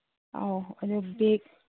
ꯑꯧ ꯑꯗꯨ ꯕꯦꯛ